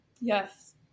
Yes